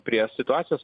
prie situacijos